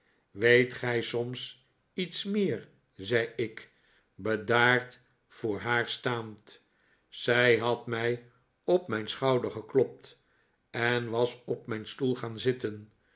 weet gij soms iets meer zei ik bedaard voor haar staand zij had mij op mijn schouder geklopt en was op mijn stoel gaan zitten